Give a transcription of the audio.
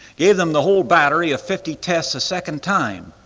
gave them the whole battery of fifty tests a second time.